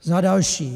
Za další.